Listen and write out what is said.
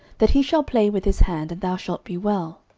that he shall play with his hand, and thou shalt be well.